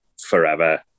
forever